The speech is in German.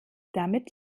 damit